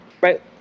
right